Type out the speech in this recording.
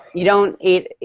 you don't eat,